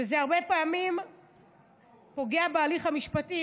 וזה הרבה פעמים פוגע בהליך המשפטי,